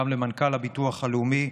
גם למנכ"ל הביטוח הלאומי,